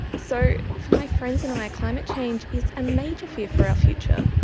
so for my friends and um i, climate change is a major fear for our future,